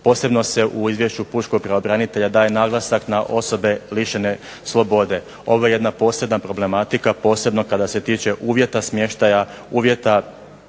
Posebno se u izvješću pučkog pravobranitelja daje naglasak na osobe lišene slobode. Ovo je jedna posebna problematika, posebno kada se tiče uvjeta smještaja, uvjeta